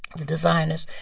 the designers,